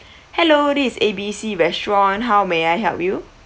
hello this is A B C restaurant how may I help you